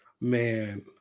man